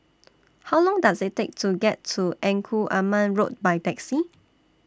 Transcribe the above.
How Long Does IT Take to get to Engku Aman Road By Taxi